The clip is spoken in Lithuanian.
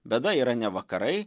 bėda yra ne vakarai